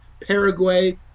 Paraguay